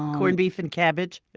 corned beef and cabbage,